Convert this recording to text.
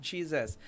Jesus